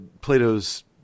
Plato's